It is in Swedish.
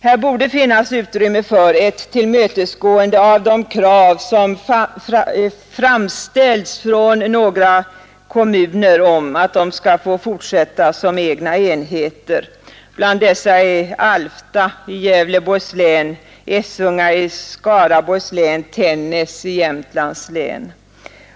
Här borde finnas utrymme för ett tillmötesgående av de krav Tisdagen den som framställts från några kommuner om att de skall få fortsätta som 23 maj 1972 egna enheter. Bland dessa är Alfta i Gävleborgs län, Essunga i Skaraborgs län, Tännäs i Jämtlands län.